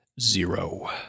zero